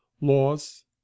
Law's